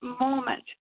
moment